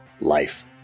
life